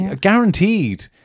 guaranteed